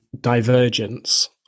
divergence